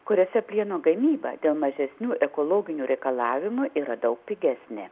kuriose plieno gamyba dėl mažesnių ekologinių reikalavimų yra daug pigesnė